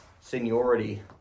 Seniority